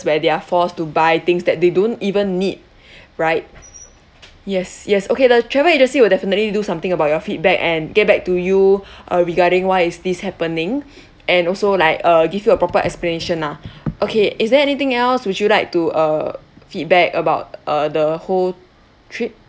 where they are forced to buy things that they don't even need right yes yes okay the travel agency will definitely do something about your feedback and get back to you uh regarding why is this happening and also like uh give you a proper explanation lah okay is there anything else would you like to uh feedback about uh the whole trip